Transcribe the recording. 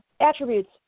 attributes